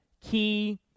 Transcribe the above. key